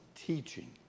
teaching